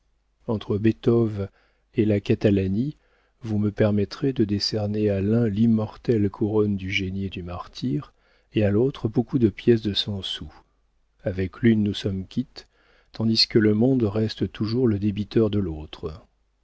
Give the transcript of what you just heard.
entre beethoven et la catalani vous me permettrez de décerner à l'un l'immortelle couronne du génie et du martyre et à l'autre beaucoup de pièces de cent sous avec l'une nous sommes quittes tandis que le monde reste toujours le débiteur de l'autre